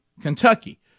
Kentucky